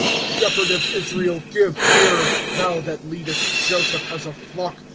shepherd of israel give ear thou that leadest joseph as a flock,